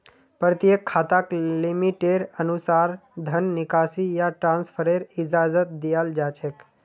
प्रत्येक खाताक लिमिटेर अनुसा र धन निकासी या ट्रान्स्फरेर इजाजत दीयाल जा छेक